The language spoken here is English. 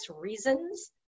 reasons